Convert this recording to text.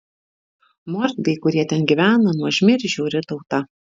mordviai kurie ten gyvena nuožmi ir žiauri tauta